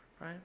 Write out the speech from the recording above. Right